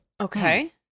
Okay